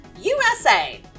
USA